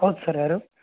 ಹೌದು ಸರ್ ಯಾರು